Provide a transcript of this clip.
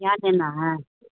کیا لینا ہے